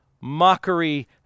mockery